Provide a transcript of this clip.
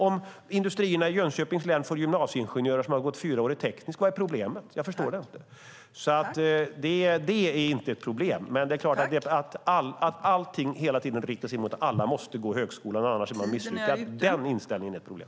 Om industrierna i Jönköpings län får gymnasieingenjörer som har gått fyraårigt tekniskt program - vad är problemet? Jag förstår det inte. Detta är inte ett problem. Men inställningen att allting hela tiden inriktar sig på att alla måste gå högskolan och att man annars är misslyckad är ett problem.